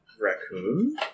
raccoon